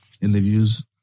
interviews